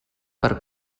per